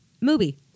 Movie